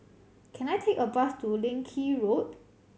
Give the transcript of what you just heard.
can I take a bus to Leng Kee Road